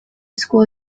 school